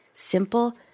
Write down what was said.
Simple